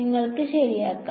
നിങ്ങൾക്ക് ശരിയാക്കാം